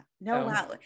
No